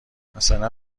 مثلا